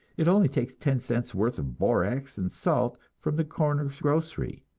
it only takes ten cents' worth of borax and salt from the corner grocery.